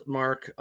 mark